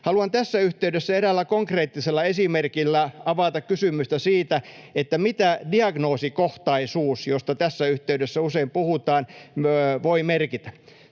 Haluan tässä yhteydessä eräällä konkreettisella esimerkillä avata kysymystä siitä, mitä diagnoosikohtaisuus, josta tässä yhteydessä usein puhutaan, voi merkitä.